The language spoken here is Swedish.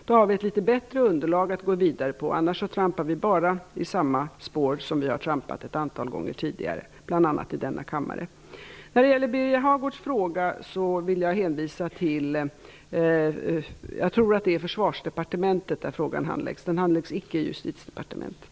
Då har vi ett litet bättre underlag för att gå vidare; annars trampar vi ju bara i de spår som vi har trampat i ett antal gånger tidigare, bl.a. i denna kammare. När det gäller Birger Hagårds fråga vill jag hänvisa till Försvarsdepartementet. Jag tror att det är där som frågan handläggs. Den handläggs icke i Justitiedepartementet.